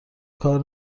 کار